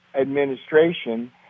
administration